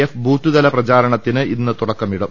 F ബൂത്തുതല പ്രചാരണത്തിന് ഇന്ന് തുടക്കമിടും